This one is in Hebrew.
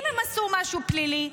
אם הם עשו משהו פלילי,